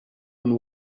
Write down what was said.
and